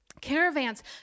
Caravans